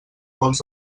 pols